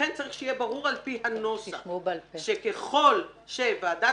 לכן צריך שיהיה ברור על פי הנוסח שככל שוועדת